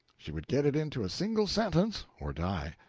she would get it into a single sentence or die.